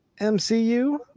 mcu